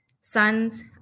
sons